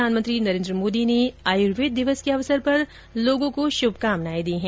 प्रधानमंत्री नरेन्द्र मोदी ने आयूर्वेद दिवस के अवसर पर लोगों को शुभकामनाएं दी है